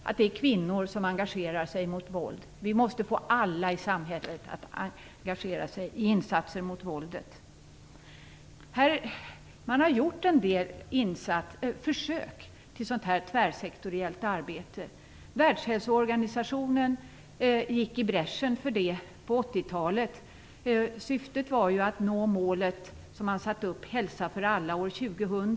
Det är ju kvinnor som engagerar sig mot våld, men vi måste få alla i samhället att engagera sig i insatserna mot våldet. Man har gjort en del försök till tvärsektoriellt arbete. Världshälsoorganisationen gick i bräschen för det på 80-talet. Syftet var att nå det mål som man satt upp: hälsa för alla år 2000.